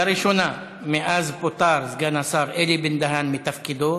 לראשונה מאז פוטר סגן השר אלי בן-דהן מתפקידו,